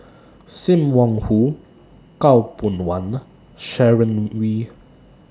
SIM Wong Hoo Khaw Boon Wan Sharon Wee